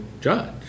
judge